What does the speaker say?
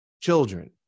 children